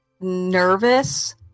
nervous